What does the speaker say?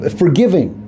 forgiving